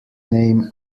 name